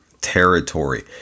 territory